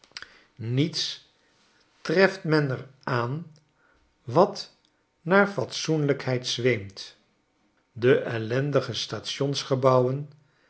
niets treft men er aan wat naar fatsoenliikheid zweemt de ellendige stationsgebouwen